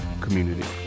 community